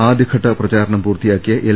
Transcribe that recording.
ആദ്യഘട്ട പ്രചാരണം പൂർത്തി യാക്കിയ എൽ